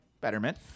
betterment